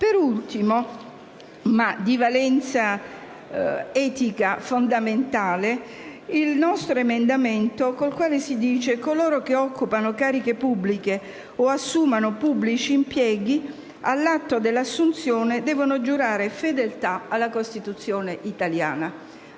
Per ultimo, ma di valenza etica fondamentale, illustro il nostro emendamento 1.200/7, con il quale si prevede che «Coloro che occupano cariche pubbliche o assumano pubblici impieghi, all'atto della assunzione devono giurare fedeltà alla Costituzione italiana».